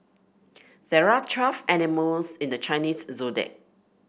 there are twelve animals in the Chinese Zodiac